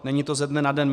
Není to ze dne na den.